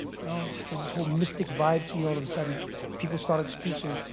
you know, there's this whole mystic vibe to me all of the sudden people started speaking,